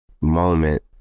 moment